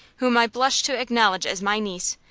whom i blush to acknowledge as my niece,